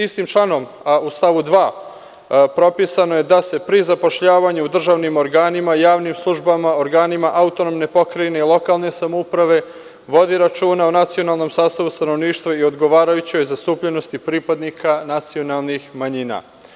Istim članom u stavu 2. propisano je da se pri zapošljavanju u državnim organima, javnim službama, organima autonomne pokrajine, lokalne samouprave, vodi računa o nacionalnom sastavu stanovništva i odgovarajućoj zastupljenosti pripadnika nacionalnih manjina.